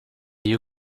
you